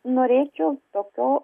norėčiau tokio